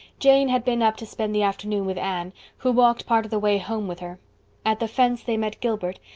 jane had been up to spend the afternoon with anne, who walked part of the way home with her at the fence they met gilbert,